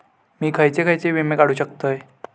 मी खयचे खयचे विमे काढू शकतय?